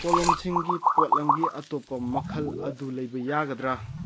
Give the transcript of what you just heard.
ꯀꯣꯂꯣꯝꯁꯤꯡꯒꯤ ꯄꯣꯠꯂꯝꯒꯤ ꯑꯇꯣꯞꯄ ꯃꯈꯜ ꯑꯗꯨ ꯂꯩꯕ ꯌꯥꯒꯗ꯭ꯔꯥ